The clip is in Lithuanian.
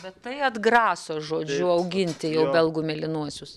bet tai atgraso žodžiu auginti jau belgų mėlynuosius